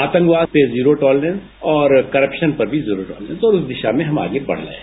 आतंकवाद पे zero tolerance और करपशन पर भी जीरो टॉलरेंस तो उस दिशा में हम आगे बढ़ रहे हैं